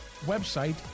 website